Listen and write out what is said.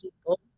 people